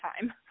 time